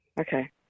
Okay